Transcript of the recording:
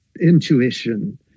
intuition